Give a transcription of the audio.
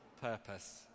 purpose